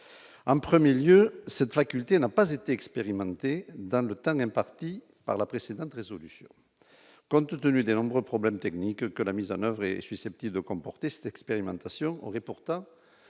en 1er lieu cette faculté n'a pas été expérimenté dans le Tarn imparti par la précédente résolution compte tenu des nombreux problèmes techniques que la mise en oeuvre est susceptible de comporter cette expérimentation aurait pourtant